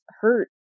hurt